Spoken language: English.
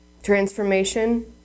Transformation